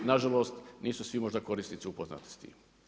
Nažalost, nisu svi možda korisnici upoznati s tim.